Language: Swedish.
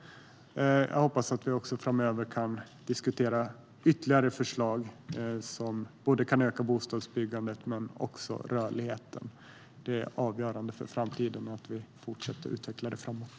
Jag hoppas att vi framöver kan diskutera ytterligare förslag som ökar både bostadsbyggandet och rörligheten. En sådan utveckling är avgörande för framtiden.